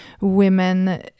women